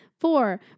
Four